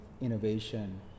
innovation